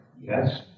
Yes